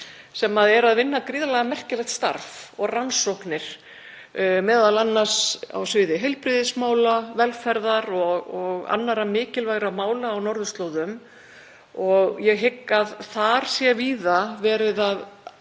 sem eru að vinna gríðarlega merkilegt starf og rannsóknir, m.a. á sviði heilbrigðismála, velferðar- og annarra mikilvægra mála á norðurslóðum. Ég hygg að þar sé víða átt